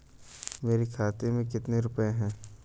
मेरे खाते में कितने रुपये हैं?